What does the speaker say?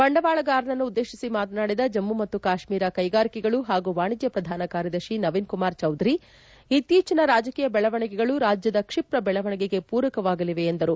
ಬಂಡವಾಳಗಾರರನ್ನು ಉದ್ದೇಶಿಸಿ ಮಾತನಾಡಿದ ಜಮ್ಮು ಮತ್ತು ಕಾಶ್ಮೀರ ಕೈಗಾರಿಕೆಗಳು ಹಾಗೂ ವಾಣಜ್ಯ ಪ್ರಧಾನ ಕಾರ್ಯದರ್ಶಿ ನವೀನ್ ಕುಮಾರ್ಚೌಧರಿ ಇತ್ತೀಚಿನ ರಾಜಕೀಯ ಬೆಳವಣಿಗೆಗಳು ರಾಜ್ಯದ ಕ್ಷಿಪ್ರ ಬೆಳವಣಿಗೆಗೆ ಪೂರಕವಾಗಲಿವೆ ಎಂದರು